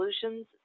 solutions